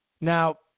Now